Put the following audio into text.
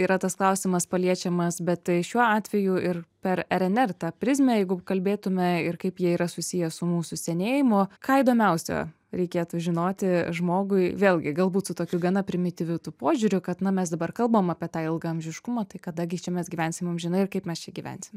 yra tas klausimas paliečiamas bet tai šiuo atveju ir per rnr tą prizmę jeigu kalbėtume ir kaip jie yra susiję su mūsų senėjimu ką įdomiausio reikėtų žinoti žmogui vėlgi galbūt su tokiu gana primityviu tu požiūriu kad na mes dabar kalbam apie tą ilgaamžiškumą tai kada gi čia mes gyvensim amžinai ir kaip mes čia gyvensim